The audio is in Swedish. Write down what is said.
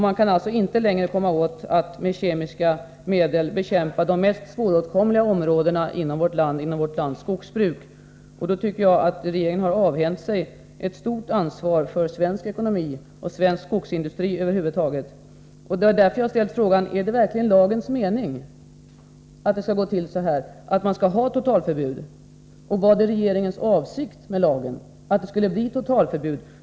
Man skall alltså inte längre med kemiska medel få bekämpa ens de mest svåråtkomliga områden inom vårt land och vårt lands skogsbruk. Jag tycker att regeringen därigenom har avhänt sig ett stort ansvar för svensk ekonomi och svensk skogsindustri. Det är därför jag har ställt frågan: Är det verkligen lagens mening att det skall råda totalförbud? Och var regeringens avsikt med lagen att det skulle komma att bli totalförbud?